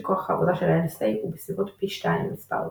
שכוח העבודה של ה־NSA הוא בסביבות פי 2 ממספר זה.